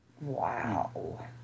Wow